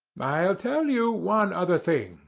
i'll tell you one other thing,